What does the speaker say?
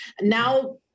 Now